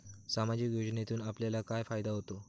सामाजिक योजनेतून आपल्याला काय फायदा होतो?